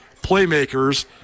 playmakers